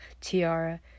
Tiara